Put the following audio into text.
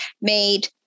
made